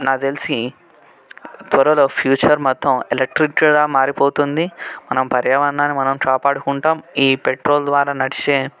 నాకు తెలిసి త్వరలో ఫ్యూచర్ మొత్తం ఎలక్ట్రిక్గా మారిపోతుంది మనం పర్యావరణాన్ని మనం కాపాడుకుంటాము ఈ పెట్రోల్ ద్వారా నడిచే